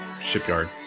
shipyard